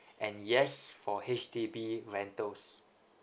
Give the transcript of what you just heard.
and yes for H_D_B rentals